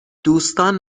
دوستان